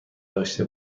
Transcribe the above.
داشته